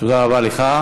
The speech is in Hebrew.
תודה רבה לך.